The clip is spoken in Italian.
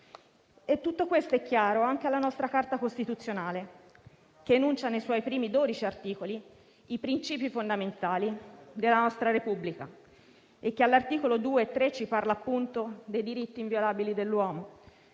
Tutto questo è chiaro anche alla nostra Carta costituzionale, che enuncia nei suoi primi 12 articoli i principi fondamentali della nostra Repubblica e che agli articoli 2 e 3 ci parla, appunto, dei diritti inviolabili dell'uomo,